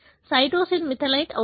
cytosine methylated అవుతుంది